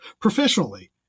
professionally